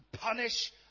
punish